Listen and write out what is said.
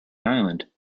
ireland